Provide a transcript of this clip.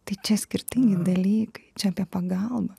tai čia skirtingi dalykai čia apie pagalbą